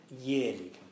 yearly